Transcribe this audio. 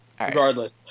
Regardless